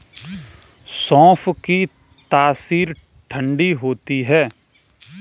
सौंफ की तासीर ठंडी होती है